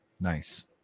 Nice